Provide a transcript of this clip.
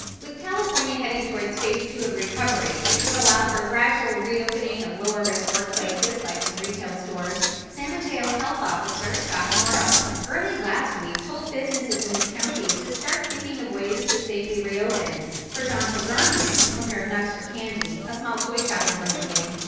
with california heading towards phase two of recovery, which would allow for a gradual reopening of lower risk workplaces, like some retail stores, san mateo health officer, scott morrow, early last week told businesses in his county to start thinking of ways to safely reopen for john kevranian, owner of nuts for candy, a small toy shop in burlingame.